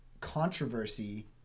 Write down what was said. controversy